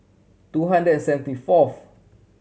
two hundred and seventy fourth